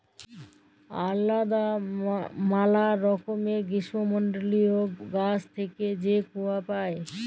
আলেদা ম্যালা রকমের গীষ্মমল্ডলীয় গাহাচ থ্যাইকে যে কূয়া পাই